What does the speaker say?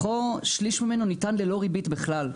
שליש ממנו ניתן ללא ריבית בכלל,